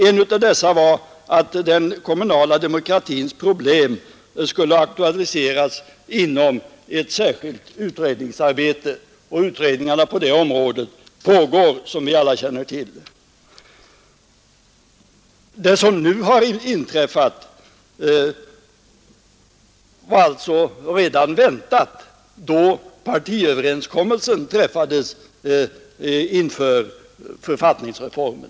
En av dessa åtgärder var att den kommunala demokratins problem skulle aktualiseras genom ett särskilt utredningsarbete. Utredningarna på detta område pågår, som vi alla känner till. Det som nu har inträffat var alltså väntat redan då partiöverenskommelsen träffades inför författningsreformen.